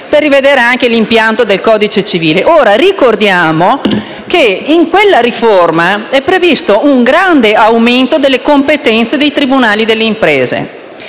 per rivedere l'impianto del codice civile. Ricordiamo che in quella riforma è previsto un grande aumento delle competenze dei tribunali delle imprese,